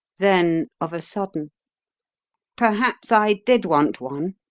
then, of a sudden perhaps i did want one.